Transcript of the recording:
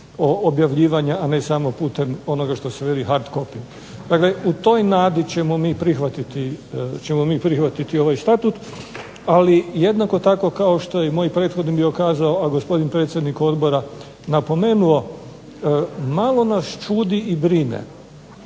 objavljivanja, a ne samo onog što se veli hot copy. U toj nadi ćemo mi prihvatiti ovaj Statut ali jednako tako kao što je moj prethodnik kazao a gospodin predsjednik Odbora napomenuo malo nas čudi i brine